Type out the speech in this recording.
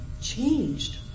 changed